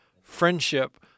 friendship